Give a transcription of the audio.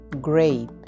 grape